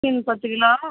பத்து கிலோ